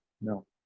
No